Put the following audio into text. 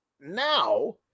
now